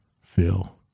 feel